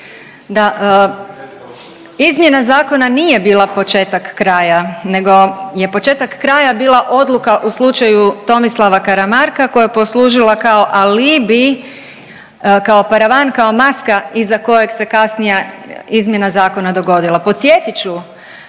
Da, izmjena zakona nije bila početak kraja, nego je početak kraja bila odluka u slučaju Tomislava Karamarka koja je poslužila kao alibi, kao paravan, kao maska iza kojeg se kasnije izmjena zakona dogodila.